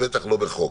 ובטח לא בחוק.